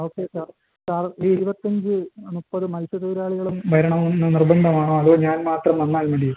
okay sir sir ഈ ഇരുപത്തഞ്ച് മുപ്പത് മത്സ്യ തൊഴിലാളികളും വരണമെന്ന് നിർബന്ധമാണോ അതോ ഞാൻ മാത്രം വന്നാൽ മതിയോ